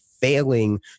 failing